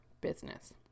business